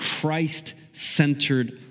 Christ-centered